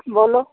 बोलो